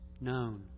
known